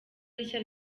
rishya